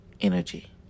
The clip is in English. energy